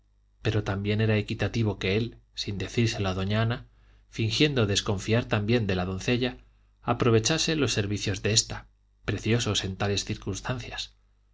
pero también era equitativo que él sin decírselo a doña ana fingiendo desconfiar también de la doncella aprovechase los servicios de esta preciosos en tales circunstancias